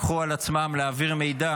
לקחו על עצמם להעביר מידע